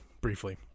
briefly